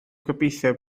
gobeithio